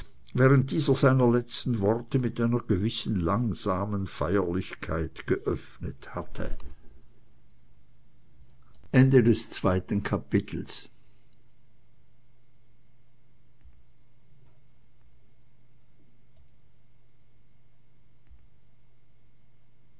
während dieser seiner letzten worte mit einer gewissen langsamen feierlichkeit geöffnet hatte drittes kapitel